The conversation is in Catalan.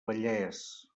vallès